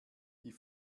die